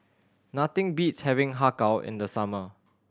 nothing beats having Har Kow in the summer